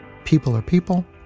people are people,